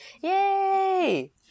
Yay